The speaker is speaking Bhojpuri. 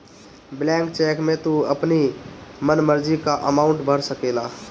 ब्लैंक चेक में तू अपनी मन मर्जी कअ अमाउंट भर सकेला